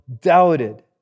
doubted